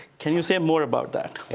can you say um more about that?